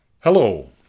hello